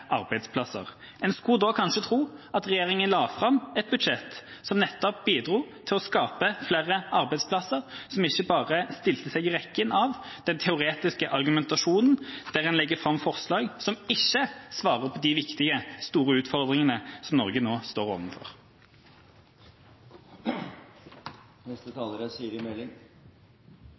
arbeidsplasser. En skulle da kanskje tro at regjeringa la fram et budsjett som nettopp bidro til å skape flere arbeidsplasser, som ikke bare stilte seg i rekken av den teoretiske argumentasjonen der en legger fram forslag som ikke svarer på de viktige, store utfordringene som Norge nå står